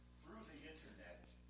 through the internet,